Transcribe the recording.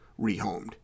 rehomed